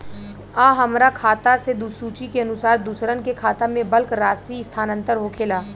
आ हमरा खाता से सूची के अनुसार दूसरन के खाता में बल्क राशि स्थानान्तर होखेला?